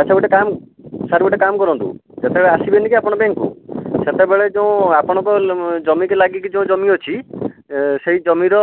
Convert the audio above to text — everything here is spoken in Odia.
ଆଚ୍ଛା ଗୋଟେ କାମ ସାର୍ ଗୋଟେ କାମ କରନ୍ତୁ ଯେତେବେଳେ ଆସିବେନିକି ଆପଣ ବ୍ୟାଙ୍କକୁ ସେତେବେଳେ ଯେଉଁ ଆପଣଙ୍କ ଲ ଜମିକୁ ଲାଗିକି ଯେଉଁ ଜମି ଅଛି ସେଇ ଜମିର